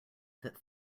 that